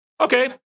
okay